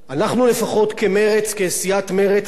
סיעת מרצ,